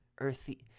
Earthy